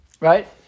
Right